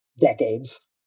decades